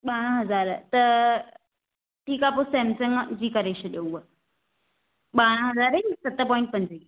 ॿारहं हज़ार त ठीकु आहे पोइ सेमसंग जी करे छॾियो हूअ ॿारहं हज़ार जी सत पॉइंट पंजी